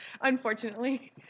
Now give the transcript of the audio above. unfortunately